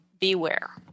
beware